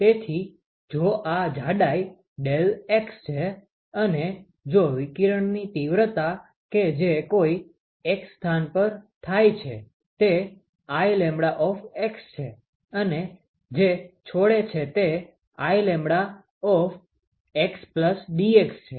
તેથી જો આ જાડાઈ ∆X છે અને જો વિકિરણની તીવ્રતા કે જે કોઈ X સ્થાન પર થાય છે તે Iλ છે અને જે છોડે છે તે Iλxdx છે